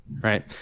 Right